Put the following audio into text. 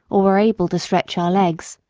were able to stretch our legs.